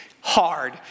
Hard